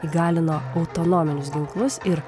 įgalino autonominius ginklus ir